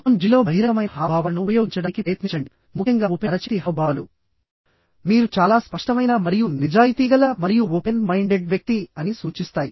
మొత్తం జిడిలో బహిరంగమైన హావభావాలను ఉపయోగించడానికి ప్రయత్నించండి ముఖ్యంగా ఓపెన్ అరచేతి హావభావాలు మీరు చాలా స్పష్టమైన మరియు నిజాయితీగల మరియు ఓపెన్ మైండెడ్ వ్యక్తి అని సూచిస్తాయి